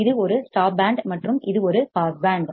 இது ஒரு stop band மற்றும் இது ஒரு பாஸ் பேண்ட்